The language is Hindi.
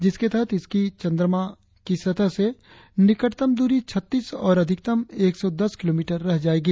जिसके तहत इसकी चंद्रमा की सतह से निकटतम दूरी छत्तीस और अधिकतम एक सौ दस किलोमीटर रह जायेगी